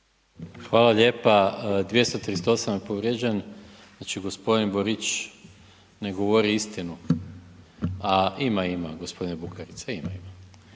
Hvala lijepa. 238. je povrijeđen, znači gospodin Borić ne govori istinu. A ima, ima gospodine Bukarica, ima, ima.